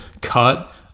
cut